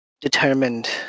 determined